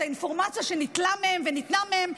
את האינפורמציה שניטלה מהם וניתנה מהם,